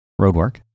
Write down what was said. roadwork